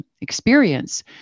experience